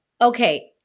okay